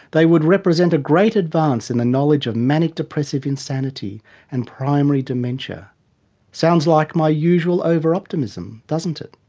they would represent a great advance in the knowledge of manic-depressive insanity and primary dementia sounds like my usual over-optimism, doesn't it!